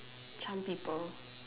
charm people